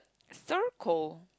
circle